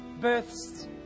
births